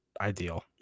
ideal